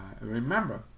remember